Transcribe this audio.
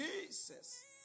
Jesus